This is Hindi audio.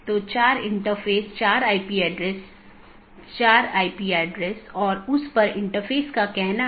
वास्तव में हमने इस बात पर थोड़ी चर्चा की कि विभिन्न प्रकार के BGP प्रारूप क्या हैं और यह अपडेट क्या है